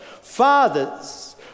fathers